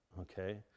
okay